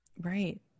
Right